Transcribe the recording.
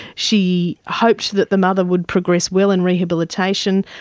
she hoped that the mother would progress well in rehabilitation.